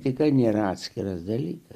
tai nėra atskiras dalykas